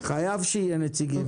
חייב שיהיו נציגים.